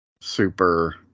Super